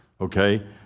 Okay